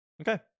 okay